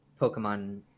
Pokemon